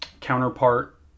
counterpart